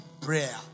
prayer